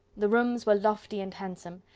the rooms were lofty and handsome,